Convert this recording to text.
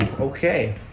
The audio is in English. okay